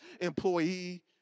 employee